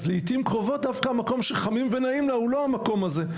אז לעתים קרובות המקום שחמים ונעים לה להטיל הוא לא המקום הזה.